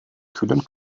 kühlen